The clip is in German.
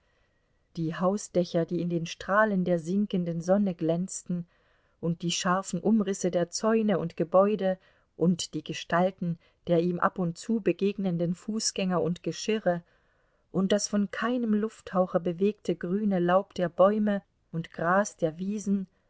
die hausdächer die in den strahlen der sinkenden sonne glänzten und die scharfen umrisse der zäune und gebäude und die gestalten der ihm ab und zu begegnenden fußgänger und geschirre und das von keinem lufthauche bewegte grüne laub der bäume und gras der wiesen